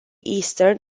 eastern